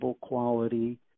quality